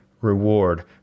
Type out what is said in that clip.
reward